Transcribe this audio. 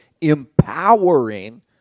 Empowering